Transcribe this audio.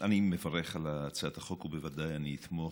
אני מברך על הצעת החוק ובוודאי אני אתמוך,